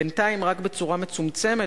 ובינתיים רק בצורה מצומצמת,